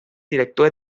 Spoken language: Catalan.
director